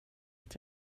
att